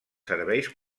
serveis